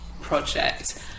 project